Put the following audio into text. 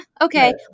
okay